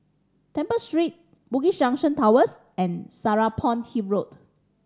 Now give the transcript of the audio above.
Temple Street Bugis Junction Towers and Serapong Hill Road